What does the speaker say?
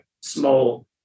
small